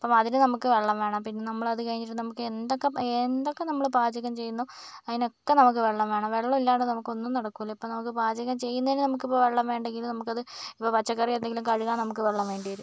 ഇപ്പം അതിൽ നമുക്ക് വെള്ളം വേണം പിന്നെ നമ്മൾ അത് കഴിഞ്ഞിട്ട് നമുക്ക് എന്തൊക്കെ എന്തൊക്കെ നമ്മൾ പാചകം ചെയ്യുന്നോ അതിനൊക്കെ നമുക്ക് വെള്ളം വേണം വെളളം ഇല്ലാതെ നമുക്ക് ഒന്നും നടക്കില്ല ഇപ്പം നമുക്ക് പാചകം ചെയ്യുന്നതിന് നമുക്കിപ്പോൾ വെള്ളം വേണ്ടെങ്കിലും നമുക്കത് ഇപ്പോൾ പച്ചക്കറി എന്തെങ്കിലും കഴുകാൻ നമുക്ക് വെള്ളം വേണ്ടിവരും